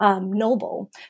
Noble